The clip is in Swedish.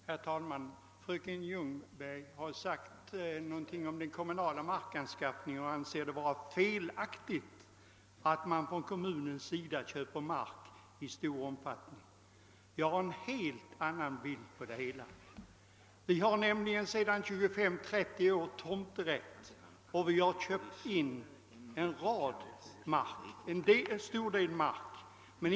Herr talman! Fröken Ljungberg ansåg att det var felaktigt att man från kommunernas sida köper mark i stor omfattning. Jag har en helt annan uppfattning. Sedan 25—30 år tillbaka tillämpar vi i Malmö stad tomträtt, och vi har köpt in betydande markområden.